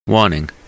Warning